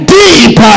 deep